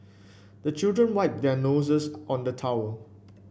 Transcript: the children wipe their noses on the towel